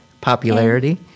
Popularity